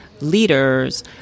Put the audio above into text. leaders